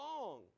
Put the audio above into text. long